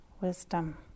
wisdom